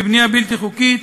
בבנייה בלתי חוקית,